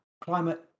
climate